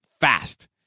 fast